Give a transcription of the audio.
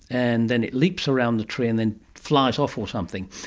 and then it leaps around the tree and then flies off or something.